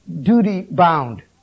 duty-bound